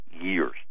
years